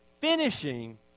finishing